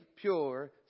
pure